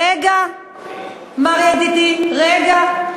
רגע, מר ידידי, רגע.